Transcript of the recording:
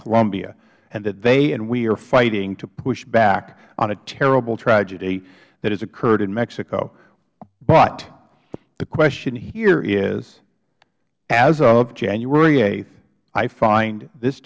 colombia and that they and we are fighting to push back on a terrible tragedy that has occurred in mexico but the question here is as of januaryhth i find this